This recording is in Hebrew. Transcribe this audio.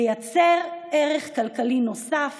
לייצר ערך כלכלי נוסף